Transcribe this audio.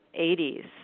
80s